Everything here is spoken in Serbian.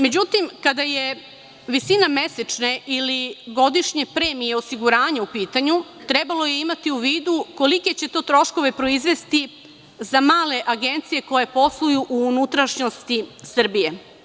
Međutim, kada je visina mesečne ili godišnje premije osiguranja u pitanju, trebalo je imati u vidu kolike će to troškove proizvesti za male agencije koje posluju u unutrašnjosti Srbije.